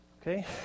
Okay